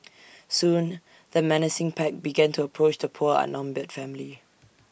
soon the menacing pack began to approach the poor outnumbered family